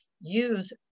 use